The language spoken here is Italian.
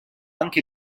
anche